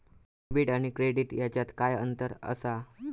Debit आणि credit ह्याच्यात काय अंतर असा?